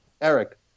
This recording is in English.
Eric